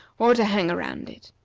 or to hang around it.